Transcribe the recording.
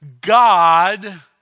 God